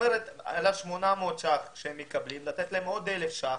כלומר על ה-800 ₪ שהם מקבלים, לתת להם עוד אלף ₪.